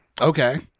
Okay